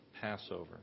Passover